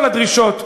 את כל הדרישות,